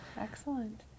Excellent